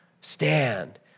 stand